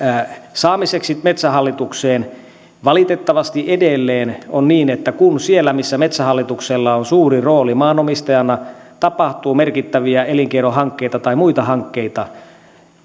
saamiseksi metsähallitukseen valitettavasti edelleen on niin että kun siellä missä metsähallituksella on suuri rooli maanomistajana tapahtuu merkittäviä elinkeinohankkeita tai muita hankkeita